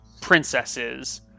princesses